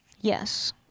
Yes